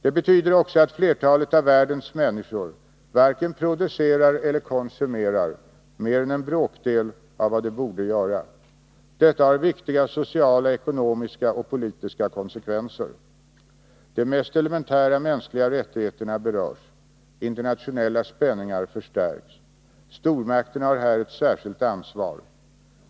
Detta betyder också att flertalet av världens människor varken producerar eller konsumerar mer än en bråkdel av vad de borde göra. Detta har viktiga sociala, ekonomiska och politiska konsekvenser. De mest elementära mänskliga rättigheterna berörs. Internationella spänningar förstärks. Stormakterna har här ett särskilt ansvar.